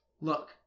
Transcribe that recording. look